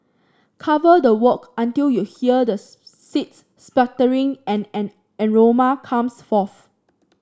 cover the wok until you hear the seeds spluttering and an aroma comes forth